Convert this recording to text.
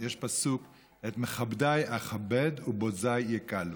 יש פסוק "כי מכבדי אכבד ובֹזי יקלו".